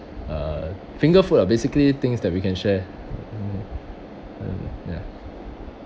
uh finger food ah basically things that we can share mmhmm um ya